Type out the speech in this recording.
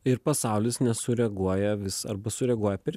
ir pasaulis nesureaguoja vis arba sureaguoja per